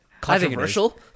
Controversial